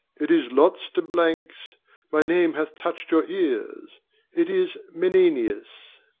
it is lots to blanks my name hath touch'd your ears it is menenius.